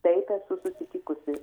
taip esu susitikusi